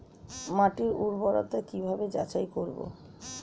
মাটির উর্বরতা কি ভাবে যাচাই করব?